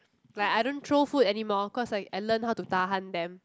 like I don't throw food anymore cause like I learn how to tahan them